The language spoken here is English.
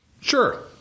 Sure